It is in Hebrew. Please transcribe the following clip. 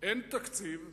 אין תקציב,